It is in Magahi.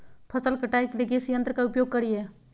फसल कटाई के लिए किस यंत्र का प्रयोग करिये?